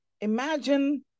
imagine